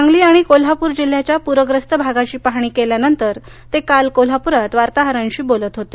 सांगली आणि कोल्हापूर जिल्ह्याच्या पूर्यस्त भागाची पाहाणी केल्यानंतर ते काल कोल्हाप्ररात वार्ताहरांशी बोलत होते